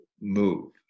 move